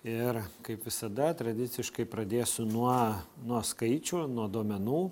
ir kaip visada tradiciškai pradėsiu nuo nuo skaičių nuo duomenų